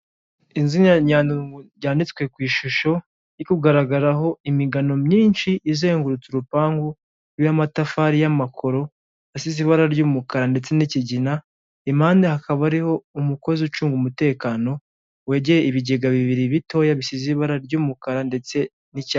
Izina ryanditswe ku ishusho iri kugaragaraho imigano myinshi izengurutse urupangu y'amatafari y'amakoro asize ibara ry'umukara ndetse n'ikigina impande hakaba hariho umukozi ucunga umutekano wegeye ibigega bibiri bitoya bishyize ibara ry'umukara ndetse n'icyatsi.